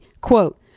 Quote